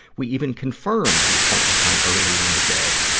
we even confirmed the appointment time earlier in the day.